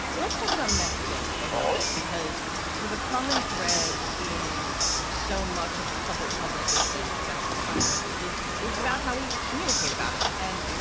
let's talk about messaging a little bit, because sort of a common thread in so much of the public conversation about this virus is is about how we communicate about it. and